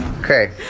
Okay